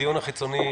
הדיון החיצוני